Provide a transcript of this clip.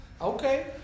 Okay